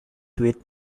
with